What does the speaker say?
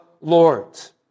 Lords